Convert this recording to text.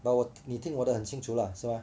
but 我你听我的很清楚啦是吗